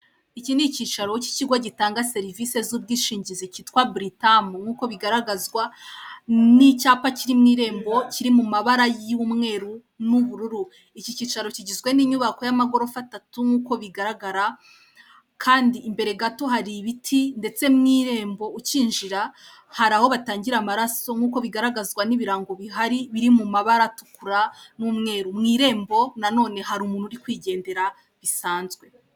Iki ni icyicaro cy'ikigo gitanga serivise z'ubwishingizi cyitwa Britam, nk'uko bigaragazwa n'icyapa kiri mu irembo kiri mu mabara y'umweru n'ubururu. Iki cyicaro kigizwe n'inyubako y'amagorofa atatu nk'uko bigaragara, kandi imbere gato hari ibiti ndetse mu irembo ukinjira hari aho batangira amaraso nk'uko bigaragazwa n'ibirango bihari biri mu mabara atukura n'umweru. Mu irembo nanone hari umuntu uri kwigendera bisanzwe.